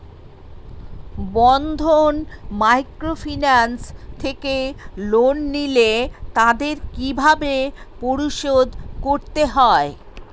বন্ধন microfinance থেকে loan নিলে তাদের কিভাবে পরিশোধ করতে হয়?